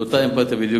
אותה אמפתיה בדיוק,